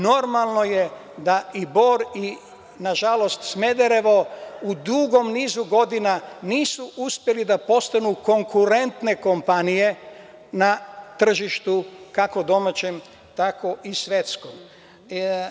Normalno je da i Bor i nažalost Smederevo u dugom nizu godina nisu uspeli da postanu konkurentne kompanije na tržištu kako domaćem, tako isvetskom.